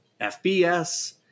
FBS